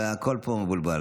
והכול פה מבולבל